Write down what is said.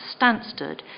Stansted